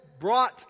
brought